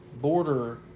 border